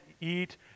eat